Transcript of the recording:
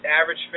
average